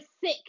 sick